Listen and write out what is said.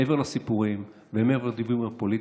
מעבר לסיפורים ומעבר לדיבורים הפוליטיים,